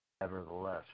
Nevertheless